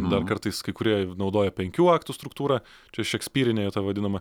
dar kartais kai kurie naudoja penkių aktų struktūrą čia šekspyrinė ta vadinama